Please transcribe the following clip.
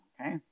okay